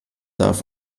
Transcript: darf